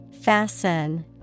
Fasten